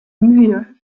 mühe